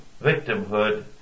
victimhood